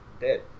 dead